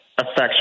affects